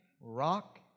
rock